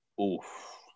Oof